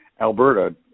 Alberta